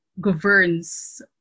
governs